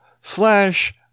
slash